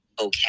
okay